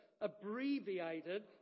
abbreviated